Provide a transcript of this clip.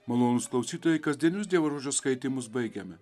malonūs klausytojai kasdienius dievo žodžio skaitymus baigiame